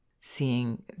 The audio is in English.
seeing